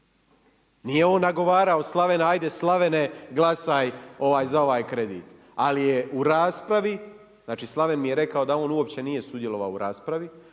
Nije on nagovarao Slavena ajde Slavene glasaj za ovaj kredit, ali je u raspravi, znači Slaven mi je rekao da on uopće nije sudjelovao u raspravi